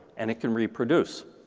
and it can reproduce.